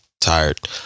tired